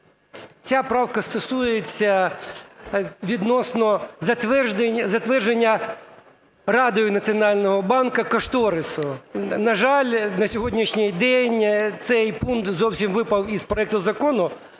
Ця правка стосується відносно затвердження Радою Національного банку кошторису. На жаль, на сьогоднішній день цей пункт зовсім випав із проекту закону.